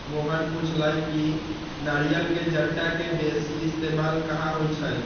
मोहन पुछलई कि नारियल के जट्टा के बेसी इस्तेमाल कहा होई छई